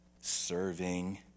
serving